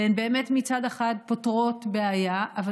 הן באמת פותרות בעיה מצד אחד,